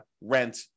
rent